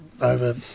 over